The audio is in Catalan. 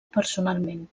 personalment